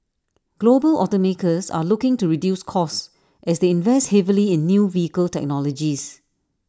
global automakers are looking to reduce costs as they invest heavily in new vehicle technologies